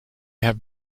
have